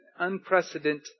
Unprecedented